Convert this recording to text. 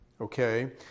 okay